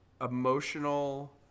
emotional